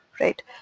right